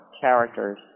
characters